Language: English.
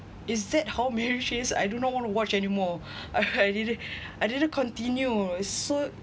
is that how marriage is I do not want to watch anymore I didn't I didn't continue so